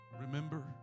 Remember